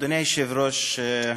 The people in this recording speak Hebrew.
אדוני היושב-ראש,